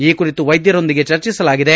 ಈ ಕುರಿತು ವೈದ್ಯರೊಂದಿಗೆ ಚರ್ಚಿಸಲಾಗಿದೆ